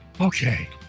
Okay